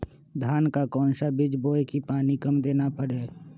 धान का कौन सा बीज बोय की पानी कम देना परे?